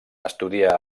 estudià